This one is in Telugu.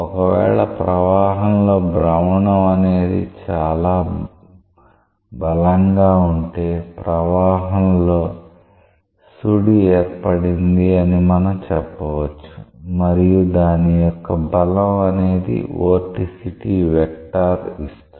ఒకవేళ ప్రవాహంలో భ్రమణం అనేది చాలా బలంగా ఉంటే ప్రవాహంలో సుడి ఏర్పడింది అని మనం చెప్పవచ్చు మరియు దాని యొక్క బలం అనేది వొర్టిసిటీ వెక్టార్ ఇస్తుంది